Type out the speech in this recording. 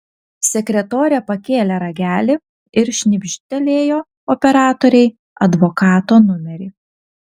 sekretorė pakėlė ragelį ir šnibžtelėjo operatorei advokato numerį